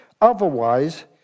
Otherwise